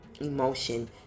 emotion